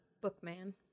Bookman